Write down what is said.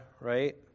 right